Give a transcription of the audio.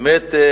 האמת,